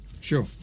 Sure